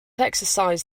exercise